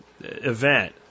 event